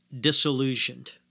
disillusioned